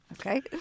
Okay